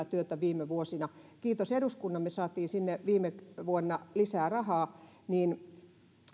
työtä viime vuosina kiitos eduskunnan me saimme sinne viime vuonna lisää rahaa niin